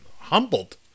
Humbled